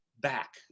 back